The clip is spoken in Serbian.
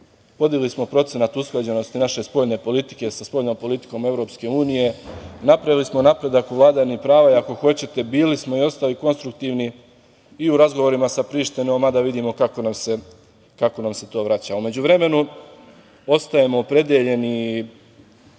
nas. Vodili smo procenat usklađenosti, naše spoljne politike sa spoljnom politikom Evropske unije, napravili smo napredak u vladavini prava i ako hoćete, bili smo i ostali konstruktivni i u razgovorima sa Prištinom, mada vidimo kako nam se to vraća.U međuvremenu, ostajemo opredeljeni